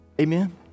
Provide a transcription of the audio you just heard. amen